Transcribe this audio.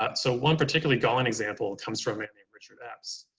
but so one particularly galling example comes from a man named richard epps.